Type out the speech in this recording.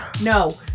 No